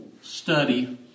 Study